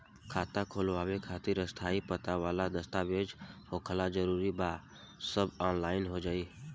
खाता खोलवावे खातिर स्थायी पता वाला दस्तावेज़ होखल जरूरी बा आ सब ऑनलाइन हो जाई?